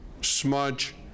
smudge